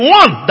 one